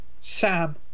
Sam